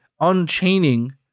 unchaining